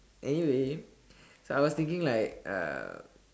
anyway I was thinking like uh